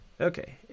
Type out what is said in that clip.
okay